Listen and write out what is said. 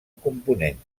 component